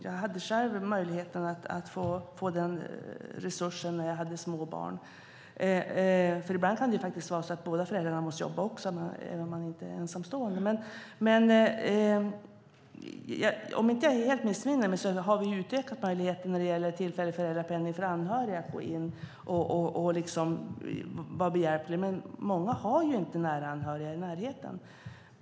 Jag hade själv möjligheten att få den resursen när jag hade småbarn. Ibland kan det faktiskt vara så att båda föräldrarna måste jobba, även om man inte är ensamstående. Om inte jag helt missminner mig har vi utökat möjligheten för anhöriga att gå in och begära tillfällig föräldrapenning. Men många har ju inte nära anhöriga i närheten.